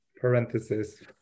parenthesis